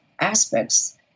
aspects